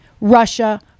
Russia